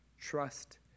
Trust